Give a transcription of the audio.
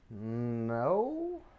No